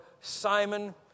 Simon